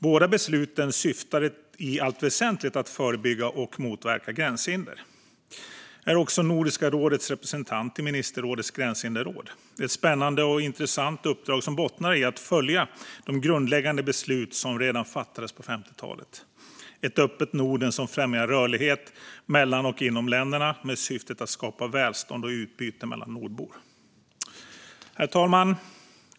Båda besluten syftade i allt väsentligt till att förebygga och motverka gränshinder. Jag är också Nordiska rådets representant i ministerrådets gränshinderråd. Det är ett spännande och intressant uppdrag som bottnar i att följa de grundläggande beslut som fattades redan på 50-talet för ett öppet Norden som främjar rörlighet mellan och inom länderna med syftet att skapa välstånd och utbyte mellan nordbor. Herr talman!